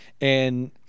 and-